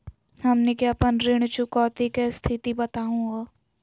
हमनी के अपन ऋण चुकौती के स्थिति बताहु हो?